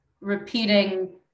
repeating